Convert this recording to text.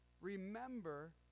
Remember